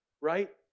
right